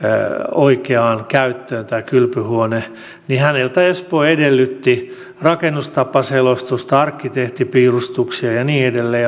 oikeaan käyttöön tämä kylpyhuone espoo edellytti häneltä rakennustapaselostusta arkkitehtipiirustuksia ja ja niin edelleen